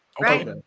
right